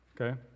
Okay